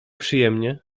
przyjemnie